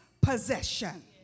possession